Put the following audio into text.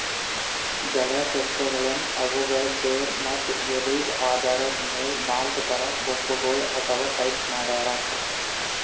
ಜಲಸಸ್ಯಗಳನ್ನ್ ಅವುಗಳ್ ಬೇರ್ ಮತ್ತ್ ಎಲಿದ್ ಆಧಾರದ್ ಮೆಲ್ ನಾಲ್ಕ್ ಥರಾ ಗುಂಪಗೋಳ್ ಅಥವಾ ಟೈಪ್ಸ್ ಮಾಡ್ಯಾರ